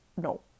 no